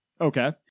Okay